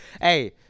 hey